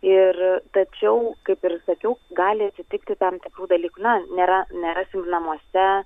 ir tačiau kaip ir sakiau gali atsitikti tam tikrų dalykų na nėra nerasim namuose